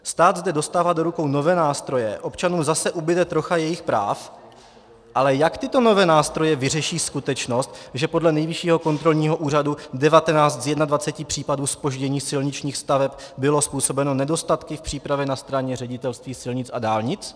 Stát zde dostává do rukou nové nástroje, občanům zase ubude trocha jejich práv, ale jak tyto nové nástroje vyřeší skutečnost, že podle Nejvyššího kontrolního úřadu devatenáct z jednadvaceti případů zpoždění silničních staveb bylo způsobeno nedostatky v přípravě na straně Ředitelství silnic a dálnic?